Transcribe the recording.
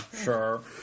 Sure